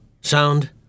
sound